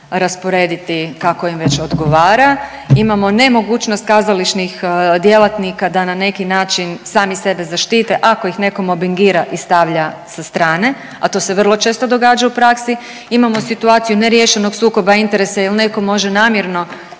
rasporediti kako im već odgovara. Imamo nemogućnost kazališnih djelatnika da na neki način sami sebe zaštite ako ih netko mobingira i stavlja sa strane, a to se vrlo često događa u praksi. Imamo situaciju neriješenog sukoba interesa jer netko može namjerno